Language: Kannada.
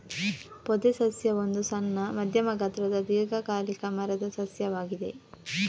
ಪೊದೆ ಸಸ್ಯ ಒಂದು ಸಣ್ಣ, ಮಧ್ಯಮ ಗಾತ್ರದ ದೀರ್ಘಕಾಲಿಕ ಮರದ ಸಸ್ಯವಾಗಿದೆ